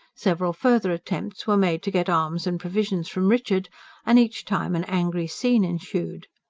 several further attempts were made to get arms and provisions from richard and each time an angry scene ensued.